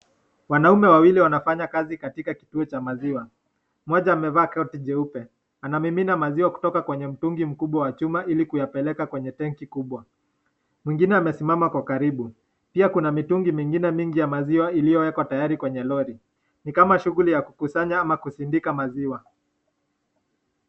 Wanaume wawili wanafanya kazi katika kituo cha maziwa, mmoja amevaa koti jeupe ana mimina maziwa kutoka kwenye mtungi mkubwa wa chuma ili kuwapeleka kwenye benki kubwa. Mwingine amesimama kwa karibu, pia kuna mitungi mingine mingi ya maziwa iliyowekwa tayari kwenye lori. Nikama shuguli ya kukusanya ama kuzindika maziwa.